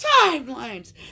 timelines